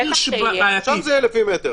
כן,